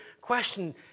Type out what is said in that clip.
question